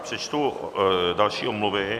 Přečtu další omluvy.